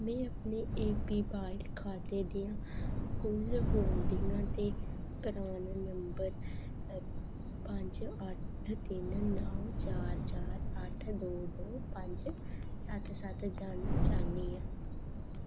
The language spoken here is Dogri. में अपने एपीवाई खाते दियां कुल होल्डिंगां ते प्रान नंबर पंज अट्ठ तिन नौ चार चार अट्ठ दो दो पंज सत्त सत्त जानना चाह्न्नी आं